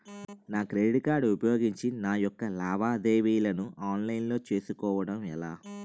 నా credit card ఉపయోగించి నా యెక్క లావాదేవీలను ఆన్లైన్ లో చేసుకోవడం ఎలా?